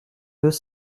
deux